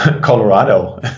Colorado